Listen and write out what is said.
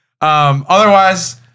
Otherwise